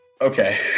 Okay